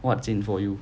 what's in for you